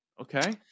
Okay